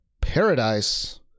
Paradise